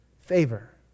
Favor